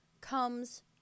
comes